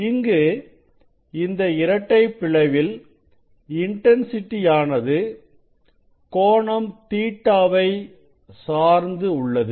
இங்கு இந்த இரட்டை பிளவில் இன்டன்சிட்டி ஆனது கோணம் Ɵ வை சார்ந்தது உள்ளது